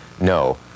no